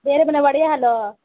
ಬೇರೆ ದಿನಾ ಒಡೆಯೋ ಹಾಲು